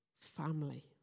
family